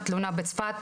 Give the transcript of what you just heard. תלונה בצפת,